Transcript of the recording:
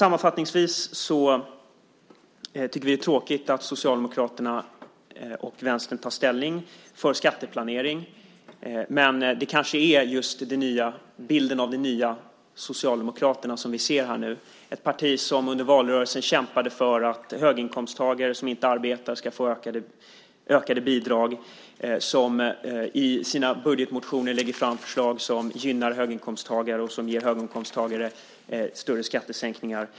Sammanfattningsvis tycker vi att det är tråkigt att Socialdemokraterna och Vänstern tar ställning för skatteplanering. Men det kanske är just bilden av de nya Socialdemokraterna som vi ser här nu. Det är ett parti som under valrörelsen kämpade för att höginkomsttagare som inte arbetar ska få ökade bidrag och som i sina budgetmotioner lägger fram förslag som gynnar höginkomsttagare och ger dem större skattesänkningar.